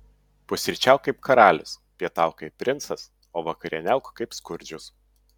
pusryčiauk kaip karalius pietauk kaip princas o vakarieniauk kaip skurdžius